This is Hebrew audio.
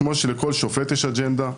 כמו שלכל שופט יש אג'נדה,